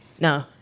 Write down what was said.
no